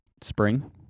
spring